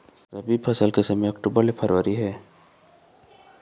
रबी फसल के समय ह अक्टूबर ले फरवरी हे